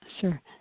Sure